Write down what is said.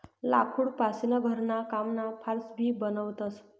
लाकूड पासीन घरणा कामना फार्स भी बनवतस